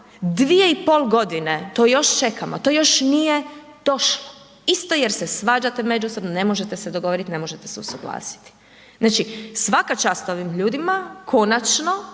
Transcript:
članova, 2,5 g., to još čekamo, to još nije došlo isto jer se svađate međusobno, ne možete se dogovorit, ne možete se usuglasiti. Znači, svaka čast ovim ljudima, konačno,